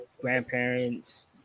grandparents